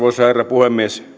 puhemies